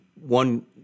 one